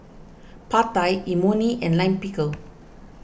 Pad Thai Imoni and Lime Pickle